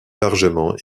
largement